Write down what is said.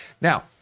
Now